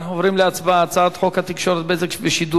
אנחנו עוברים להצבעה על הצעת חוק התקשורת (בזק ושידורים)